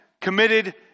committed